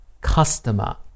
customer